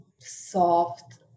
soft